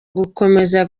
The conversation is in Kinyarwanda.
gukomeza